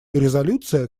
резолюция